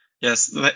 Yes